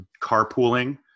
carpooling